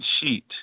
sheet